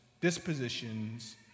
dispositions